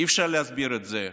אי-אפשר להסביר את זה.